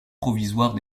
provisoire